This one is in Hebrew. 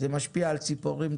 זה משפיע על ציפורים,